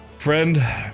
Friend